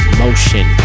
motion